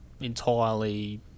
entirely